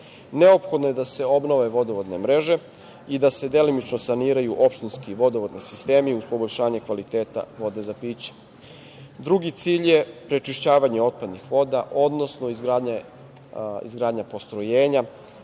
Neophodno je da se obnove vodovodne mreže i da se delimično saniraju opštinski vodovodni sistemi uz poboljšanje kvaliteta vode za piće. Drugi cilj je prečišćavanje otpadnih voda, odnosno izgradnja postrojenja